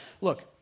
Look